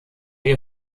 ihr